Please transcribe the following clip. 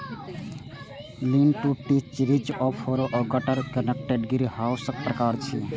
lean to detached, ridge आ furrow या gutter connected ग्रीनहाउसक प्रकार छियै